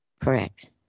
Correct